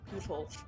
people